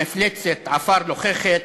המפלצת עפר לוחכת".